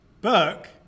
Burke